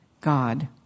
God